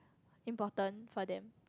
important for them